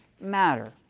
matter